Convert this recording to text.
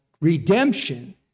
redemption